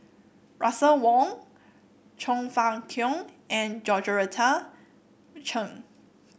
Russel Wong Chong Fah Cheong and Georgette Chen